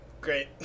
Great